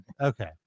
Okay